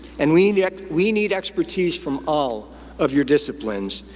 and we and yeah we need expertise from all of your disciplines,